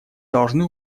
должны